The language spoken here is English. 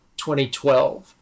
2012